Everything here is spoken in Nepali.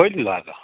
कहिले लगाएको